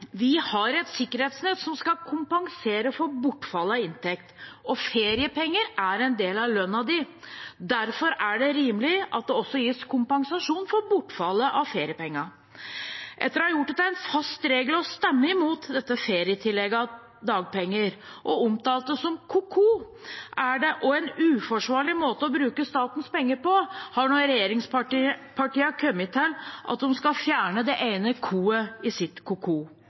Vi har et sikkerhetsnett som skal kompensere for bortfall av inntekt, og feriepenger er en del av lønna. Derfor er det rimelig at det også gis kompensasjon for bortfallet av feriepengene. Etter å ha gjort det til en fast regel å stemme imot dette ferietillegget på dagpenger og omtalt det som «ko-ko» og en uforsvarlig måte å bruke statens penger på, har regjeringspartiene nå kommet til at de skal fjerne det ene «ko-et» i sitt